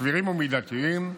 סבירים ומידתיים,